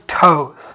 toes